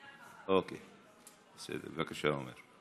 בבקשה, עמר.